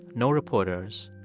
no reporters,